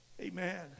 Amen